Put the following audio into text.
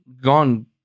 gone